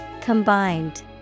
Combined